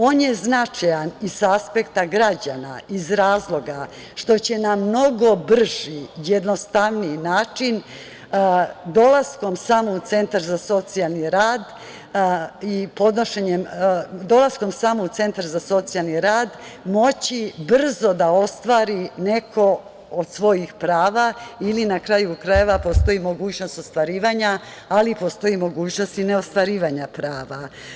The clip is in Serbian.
On je značajan i sa aspekta građana iz razloga što će na mnogo brži, jednostavniji način dolaskom samo u Centar za socijalni rad moći brzo da ostvari neko od svojih prava ili na kraju krajeva postoji mogućnost ostvarivanja, ali i postoji mogućnost neostvarivanja prava.